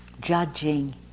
judging